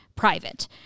private